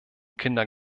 kinder